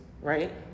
right